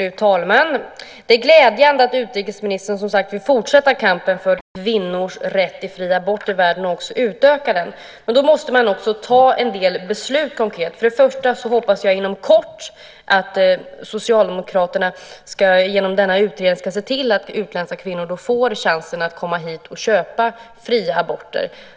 Fru talman! Det är glädjande att utrikesministern vill fortsätta kampen för kvinnors rätt till fri abort i världen och också utöka den. Men då måste man också ta en del beslut konkret. Först och främst hoppas jag att Socialdemokraterna inom kort genom denna utredning ska se till att utländska kvinnor får chans att komma hit och köpa fria aborter.